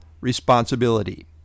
responsibility